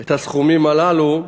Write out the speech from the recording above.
את הסכומים הללו.